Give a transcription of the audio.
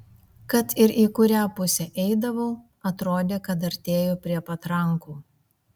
kad ir į kurią pusę eidavau atrodė kad artėju prie patrankų